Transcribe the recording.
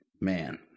Man